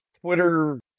Twitter